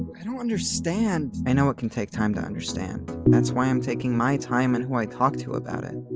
i don't understand. i know it can take time to understand. that's why i'm taking my time in who i talk to about it.